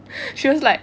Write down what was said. she was like